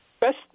Best